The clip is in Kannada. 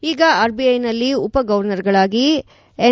ಈಗ ಆರ್ಬಿಐನಲ್ಲಿ ಉಪ ಗವರ್ನರ್ಗಳಾಗಿ ಎನ್